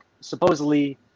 supposedly